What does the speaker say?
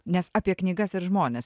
nes apie knygas ir žmones